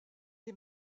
est